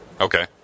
Okay